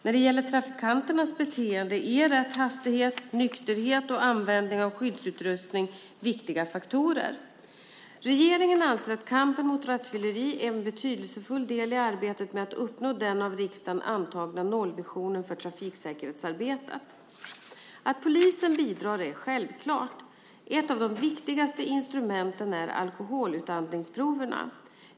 När det gäller trafikanternas beteende är rätt hastighet, nykterhet och användning av skyddsutrustning viktiga faktorer. Regeringen anser att kampen mot rattfylleri är en betydelsefull del i arbetet med att uppnå den av riksdagen antagna nollvisionen för trafiksäkerhetsarbetet. Att polisen bidrar är självklart. Ett av de viktigaste instrumenten är alkoholutandningsproverna.